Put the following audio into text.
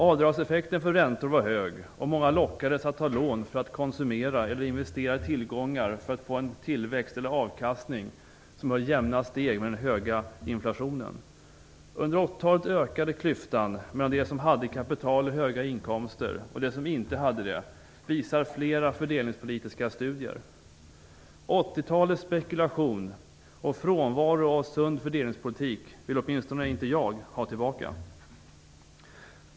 Avdragseffekten för räntor var hög och många lockades att ta lån för att konsumera eller investera i tillgångar för att få en tillväxt eller avkastning som höll jämna steg med den höga inflationen. Under 80 talet ökade klyftan mellan de som hade kapital och höga inkomster och de som inte hade det, visar flera fördelningspolitiska studier. 80-talets spekulation och frånvaro av sund fördelningspolitik vill åtminstone inte jag ha tillbaka.